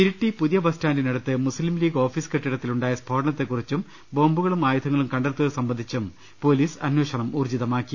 ഇരിട്ടി പുതിയ ബസ്റ്റാന്റിനടുത്ത് Muslim League office കെട്ടിട ത്തിലുണ്ടായ സ്ഫോടനത്തെക്കുറിച്ചും ബോംബുകളും ആയുധ ങ്ങളും കണ്ടെടുത്ത് സംബന്ധിച്ചും പൊലീസ് അന്വേഷണം ഊർജ്ജിതമാക്കി